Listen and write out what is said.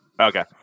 Okay